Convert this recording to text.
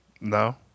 no